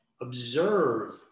observe